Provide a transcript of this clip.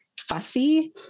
fussy